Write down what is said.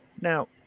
now